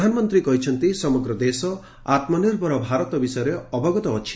ପ୍ରଧାନମନ୍ତ୍ରୀ କହିଛନ୍ତି ସମଗ୍ର ଦେଶ ଆତ୍ମ ନିର୍ଭର ଭାରତ ବିଷୟରେ ଅବଗତ ଅଛି